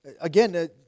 again